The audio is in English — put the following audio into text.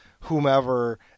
whomever